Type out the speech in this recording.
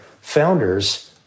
founders